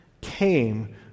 came